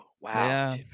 Wow